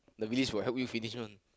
Levis will help you finish one